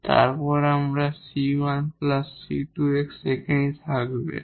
এবং তারপর 𝑐1 𝑐2𝑥 সেখানে থাকবে